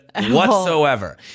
whatsoever